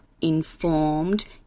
informed